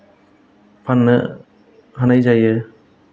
फाननो हानाय जायो